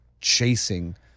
chasing